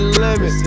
limit